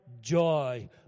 joy